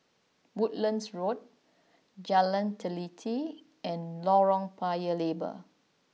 Woodlands Road Jalan Teliti and Lorong Paya Lebar